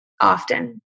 often